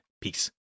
peace